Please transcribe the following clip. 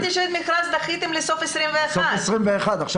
אבל הבנתי שדחיתם את המכרז לסוף 2021. אנחנו